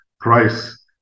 price